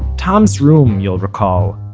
tom's room, you'll recall,